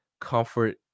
Comfort